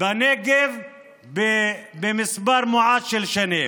בנגב במספר מועט של שנים.